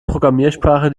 programmiersprache